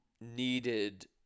needed